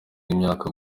imyaka